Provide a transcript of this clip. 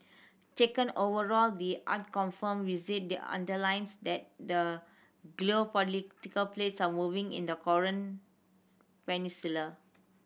taken overall the unconfirmed visit the underlines that the geopolitical plates are moving in the Korean Peninsula